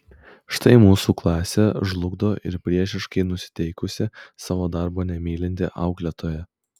štai mūsų klasę žlugdo ir priešiškai nusiteikusi savo darbo nemylinti auklėtoja